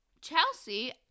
Chelsea